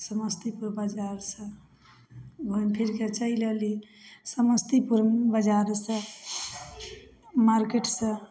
समस्तीपुर बजारसँ घुमिफिरिके चलि अएलहुँ समस्तीपुरमे बजारसँ मार्केटसँ